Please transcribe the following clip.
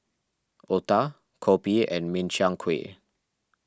Otah Kopi and Min Chiang Kueh